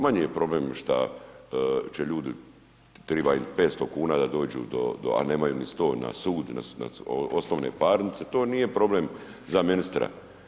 Manji je problem što će ljudi treba im 500 kn, da dođu do, a nemaju ni 100 na sud, na osnovne parnice, to nije problem za ministra.